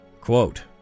Quote